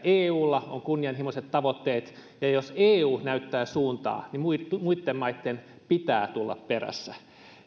eulla on kunnianhimoiset tavoitteet ja jos eu näyttää suuntaa niin muitten muitten maitten pitää tulla perässä